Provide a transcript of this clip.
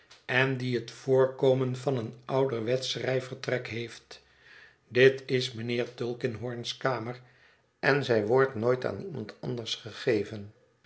en die het voorkomen van een ouderwetsch schrijfvertrek heeft dit is mijnheer tulkinghorn's kamer en zij wordt nooit aan iemand anders gegeven